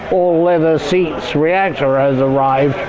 all leather seats reactor has arrived,